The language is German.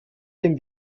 dem